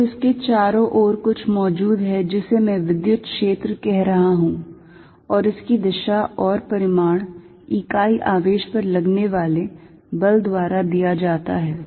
तो इसके चारों ओर कुछ मौजूद है जिसे मैं विद्युत क्षेत्र कह रहा हूं और इसकी दिशा और परिमाण इकाई आवेश पर लगने वाले बल द्वारा दिया जाता है